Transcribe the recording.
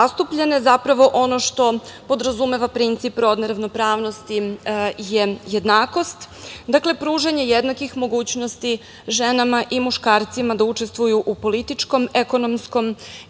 Zapravo, ono što podrazumeva princip rodne ravnopravnosti je jednakost, dakle pružanje jednakih mogućnosti ženama i muškarcima da učestvuju u političkom, ekonomskom